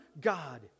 God